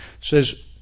Says